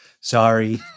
Sorry